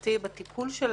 מבחינתי בטיפול שלנו,